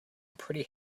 pretty